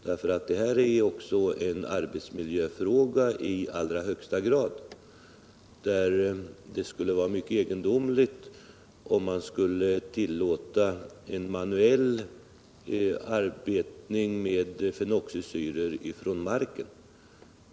Det här är också en arbetsmiljöfråga i allra högsta grad, och det skulle vara mycket egendomligt, om man skulle tillåta manuell användning av fenoxisyror från marken.